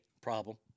Problem